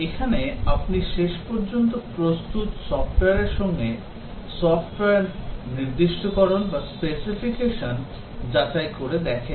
এখানে আপনি শেষ পর্যন্ত প্রস্তুত সফট্ওয়ারের সঙ্গে সফটওয়্যার নির্দিষ্টকরণ যাচাই করে দেখেন